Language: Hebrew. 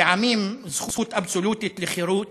לעמים יש זכות אבסולוטית לחירות,